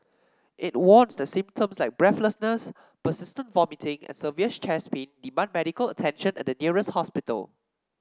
it warns that symptoms like breathlessness persistent vomiting and severe chest pain demand medical attention at the nearest hospital